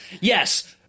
Yes